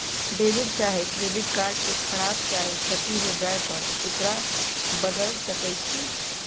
debit चाहे credit card के खराप चाहे क्षति हो जाय पर एकरा बदल सकइ छी